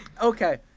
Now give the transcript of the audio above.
Okay